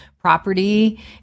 property